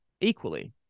equally